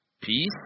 peace